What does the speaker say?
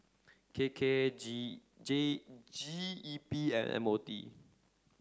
K K G J G E P and M O T